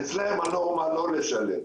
אצלם הנורמה היא לא לשלם.